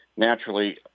naturally